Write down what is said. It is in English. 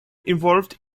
involved